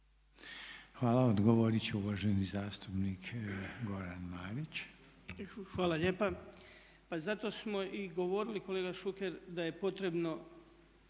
Hvala. Odgovorit će uvaženi zastupnik Goran Marić. **Marić, Goran (HDZ)** Hvala lijepa. Pa zato smo i govorili kolega Šuker da je potrebno